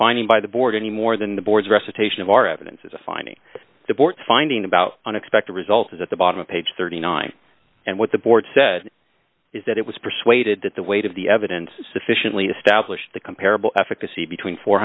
finding by the board any more than the board's recitation of our evidence is a finding the board finding about unexpected results is at the bottom of page thirty nine dollars and what the board said is that it was persuaded that the weight of the evidence is sufficiently established the comparable efficacy between four